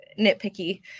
nitpicky